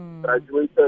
graduated